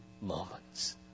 moments